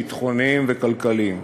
ביטחוניים וכלכליים.